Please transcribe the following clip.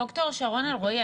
ד"ר שרון אלרעי,